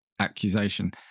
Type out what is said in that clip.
accusation